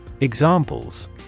Examples